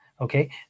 okay